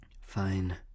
Fine